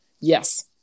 yes